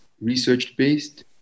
research-based